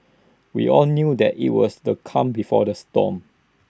we all knew that IT was the calm before the storm